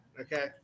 okay